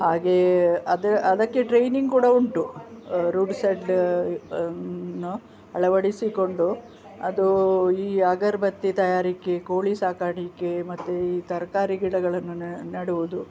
ಹಾಗೆಯೇ ಅದ ಅದಕ್ಕೆ ಟ್ರೈನಿಂಗ್ ಕೂಡ ಉಂಟು ರೂಡ್ ಸೈಡ್ ನ್ನು ಅಳವಡಿಸಿಕೊಂಡು ಅದು ಈ ಅಗರಬತ್ತಿ ತಯಾರಿಕೆ ಕೋಳಿ ಸಾಕಾಣಿಕೆ ಮತ್ತು ಈ ತರಕಾರಿ ಗಿಡಗಳನ್ನು ನಾ ನೆಡುವುದು